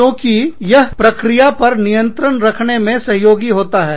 क्योंकि यह प्रक्रिया पर नियंत्रण रखने में सहयोगी होता है